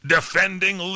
Defending